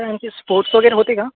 sir यांचे sports वगैरे होते का